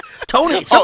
Tony